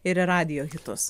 ir į radijo hitus